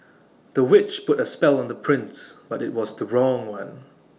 the witch put A spell on the prince but IT was the wrong one